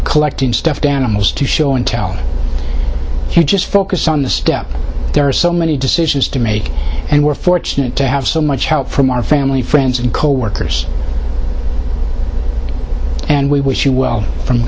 collecting stuffed animals to show and tell her just focus on the step there are so many decisions to make and we're fortunate to have so much help from our family friends and coworkers and we wish you well from